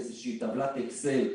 איזה שהיא טבלת אקסל,